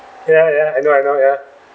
ya ya I know I know ya